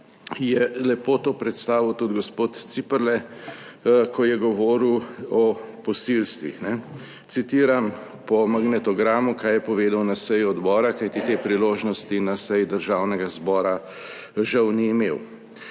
je lepo to predstavil tudi gospod Ciperle, ko je govoril o posilstvih. Citiram po magnetogramu, kaj je povedal na seji odbora, kajti te priložnosti na seji Državnega zbora žal ni imel: